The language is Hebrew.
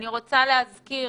אני רוצה להזכיר